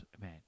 man